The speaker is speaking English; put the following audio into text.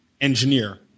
engineer